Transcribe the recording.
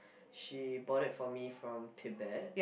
she brought it for me from Tibet